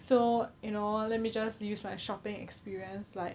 so you know let me just use my shopping experience like